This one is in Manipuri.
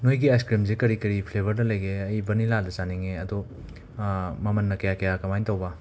ꯅꯣꯏꯒꯤ ꯑꯥꯏꯁꯀ꯭ꯔꯤꯝꯁꯦ ꯀꯔꯤ ꯀꯔꯤ ꯐ꯭ꯂꯦꯕꯔꯗ ꯂꯩꯒꯦ ꯑꯩ ꯕꯅꯤꯂꯥꯗ ꯆꯥꯅꯤꯡꯉꯤ ꯑꯗꯣ ꯃꯃꯟꯅ ꯀꯌꯥ ꯀꯌꯥ ꯀꯃꯥꯏ ꯇꯧꯕ